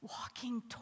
walking